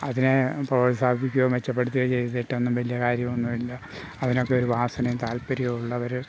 അതിനെ പ്രോത്സാഹിപ്പിക്കുകയോ മെച്ചപ്പെടുത്തുകയോ ചെയ്തിട്ടൊന്നും വലിയ കാര്യമൊന്നും ഇല്ല അതിനൊക്കെ ഒരു വാസനയും താൽപ്പര്യവും ഉള്ളവർ